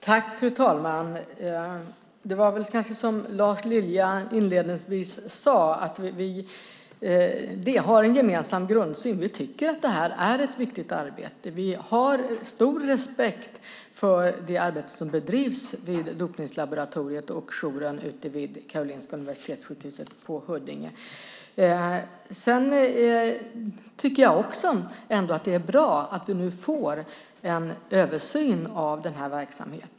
Fru talman! Som Lars Lilja inledningsvis sade har vi en gemensam grundsyn. Vi tycker att detta är ett viktigt arbete. Vi har stor respekt för det arbete som bedrivs vid dopningslaboratoriet och jouren vid Karolinska Universitetssjukhuset i Huddinge. Jag tycker ändå att det är bra att vi nu får en översyn av denna verksamhet.